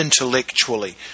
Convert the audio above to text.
intellectually